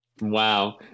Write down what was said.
Wow